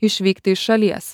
išvykti iš šalies